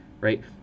right